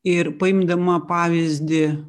ir paimdama pavyzdį